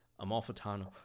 Amalfitano